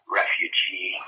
refugee